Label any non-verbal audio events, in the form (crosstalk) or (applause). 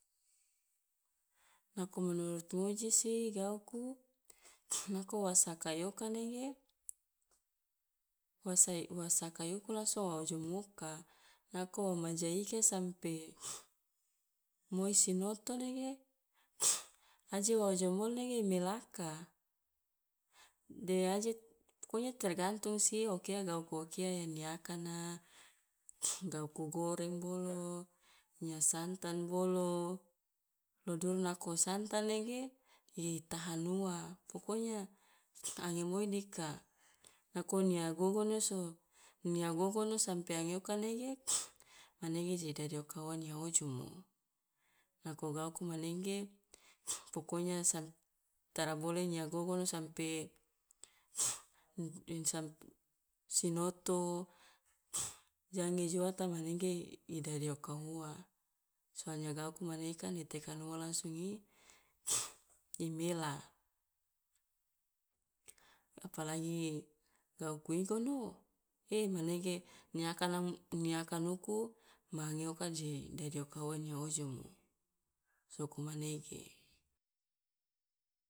Nako menurut ngoji si, gauku (noise) nako wa sakai oka nege wa sai wa sakai uku langsung wa ojomoka nako wo ma jaike sampe (noise) moi sinoto nege (noise) aje wa ojomol nege i melaka, de aje pokonya tergantung si o kia gauku o kia di akana, (noise) gauku goreng bolo, nia santan bolo, lo duru nako wo santan nege i tahan ua, pokonya (noise) ange moi dika, nako nia gogono so nia gogono sampe ange oka nege (noise) manege je dadi oka o nia ojomo, nako gauku manege (noise) pokonya sam tara bole nia gogono sampe (noise) sam sinoto (noise) jange joata manege i dadi oka ua, soalnya gauku mane kan i tekana ua langsung i (noise) i mela, apalagi gauku igono e manege nia akana i mia kanuku ma ange oka je dadi oka ua nia ojomo, soko manege.